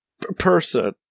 Person